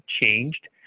changed